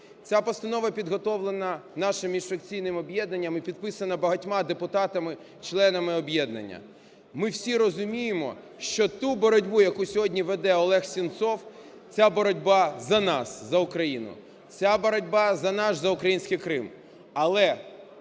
Ця постанова підготовлена нашим міжфракційним об'єднанням і підписана багатьма депутатами, членами об'єднання. Ми всі розуміємо, що ту боротьбу, яку сьогодні веде Олег Сенцов, ця боротьба за нас, за Україну, ця боротьба за наш український Крим.